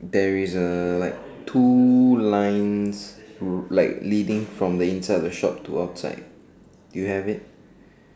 there is uh like two lines like leading from the inside of the shop to outside you have it